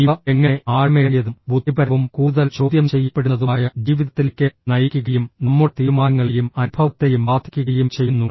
ഇവ എങ്ങനെ ആഴമേറിയതും ബുദ്ധിപരവും കൂടുതൽ ചോദ്യം ചെയ്യപ്പെടുന്നതുമായ ജീവിതത്തിലേക്ക് നയിക്കുകയും നമ്മുടെ തീരുമാനങ്ങളെയും അനുഭവത്തെയും ബാധിക്കുകയും ചെയ്യുന്നു